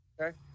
Okay